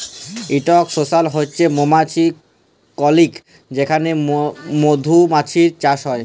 ইকট সোয়ার্ম হছে মমাছির কললি যেখালে মধুমাছির চাষ হ্যয়